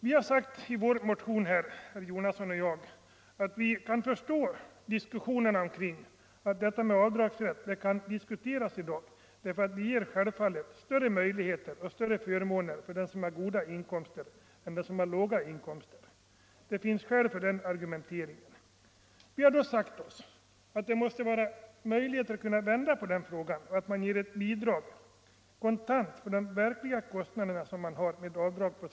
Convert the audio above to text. Vi har i vår motion sagt att vi kan förstå att avdragsrätten kan diskuteras eftersom den medför möjlighet till bättre förmåner för dem som har goda inkomster än för dem som har låga inkomster. Det finns skäl för den argumenteringen. Vi har sagt oss att det måste vara möjligt att vända på saken och i stället genom avdrag på skatten ge ett kontant bidrag för de verkliga kostnader som man har för barntillsynen.